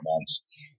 months